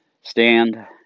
stand